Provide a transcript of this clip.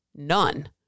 None